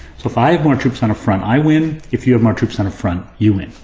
so if i have more troops on a front, i win. if you have more troops on a front, you win.